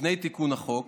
לפני תיקון החוק